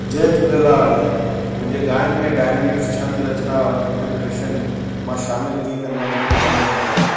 जय झूलेलाल मुंहिजे गायनि में डायनमिक्स छंद रचना इंटरप्रिटेशन मां शामिलु कीअं कंदो आहियां मूंखे पाणेई न ख़बर आहे